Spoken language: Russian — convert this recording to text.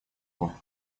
его